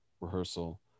rehearsal